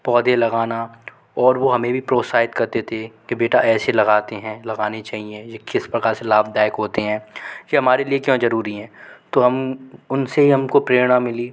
पौधे लगाना और वो हमें भी प्रोत्साहित करते थे कि बेटा ऐसे लगाते हैं लगाने चाहिए ये किस प्रकार से लाभदायक होते हैं ये हमारे लिए क्यों ज़रूरी हैं तो हम उन से ही हम को प्रेरणा मिली